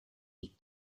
was